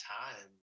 time